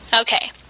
Okay